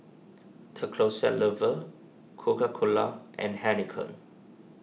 the Closet Lover Coca Cola and Heinekein